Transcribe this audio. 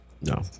No